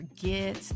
forget